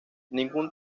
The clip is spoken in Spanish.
ningún